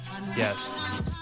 Yes